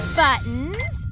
buttons